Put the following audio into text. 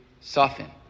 soften